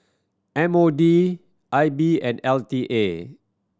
M O D I B and L T A